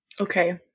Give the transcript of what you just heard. Okay